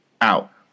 out